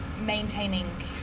maintaining